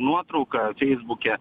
nuotrauką feisbuke